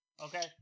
Okay